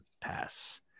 pass